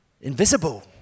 Invisible